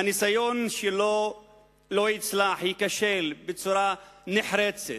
שהניסיון שלו לא יצלח, ייכשל בצורה נחרצת.